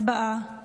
הצבעה.